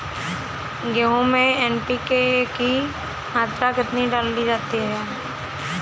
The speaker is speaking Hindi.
गेहूँ में एन.पी.के की मात्रा कितनी डाली जाती है?